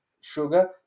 sugar